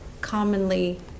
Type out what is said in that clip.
commonly